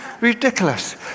Ridiculous